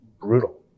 brutal